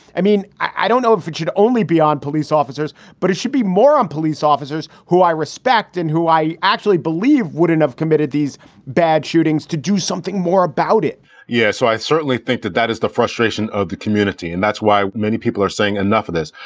i mean, i don't know if it should only be on police officers, but it should be more on police officers officers who i respect and who i actually believe wouldn't have committed these bad shootings to do something more about it yeah, so i certainly think that that is the frustration of the community and that's why many people are saying enough of this.